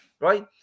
Right